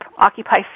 occupy